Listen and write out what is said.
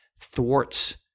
thwarts